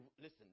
listen